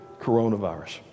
coronavirus